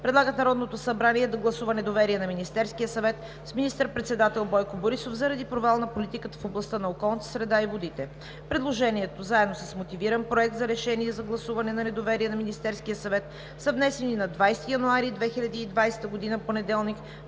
предлагат Народното събрание да гласува недоверие на Министерския съвет с министър председател Бойко Борисов заради провал на политиката в областта на околната среда и водите. Предложението, заедно с мотивиран Проект за решение за гласуване на недоверие на Министерския съвет, e внесено на 20 януари 2020 г., понеделник,